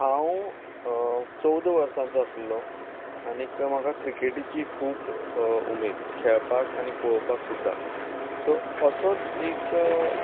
हांव चवदा वर्सांचो आशिल्लो आनी म्हाका क्रिकेटीची खूब उमेद खेळपाक आनी पळोवपाक सुद्दां सो असोच एक